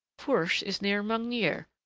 fourche is near magnier.